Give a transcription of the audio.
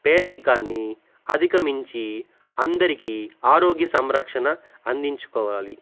పేదరికాన్ని అధిగమించి అందరికీ ఆరోగ్య సంరక్షణ అందించుకోవాలి